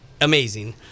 amazing